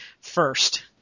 first